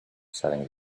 selling